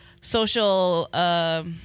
social